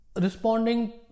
responding